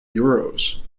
euros